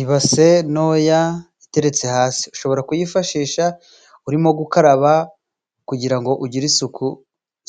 Ibase ntoya iteretse hasi, ushobora kuyifashisha urimo gukaraba, kugirango ngo ugire isuku,